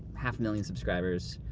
half a million subscribers,